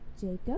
Jacob